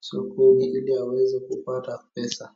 soko ili aweze kupata pesa.